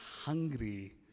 hungry